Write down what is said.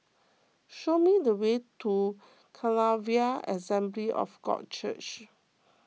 show me the way to Calvary Assembly of God Church